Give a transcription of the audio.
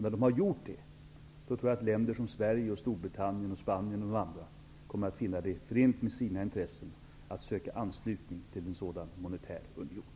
När de har gjort det, tror jag att Sverige, Storbritannien, Spanien och andra länder kommer att finna det förenligt med sina intressen att söka anslutning till en sådan monetär union.